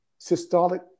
Systolic